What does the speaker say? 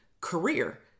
career